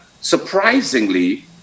surprisingly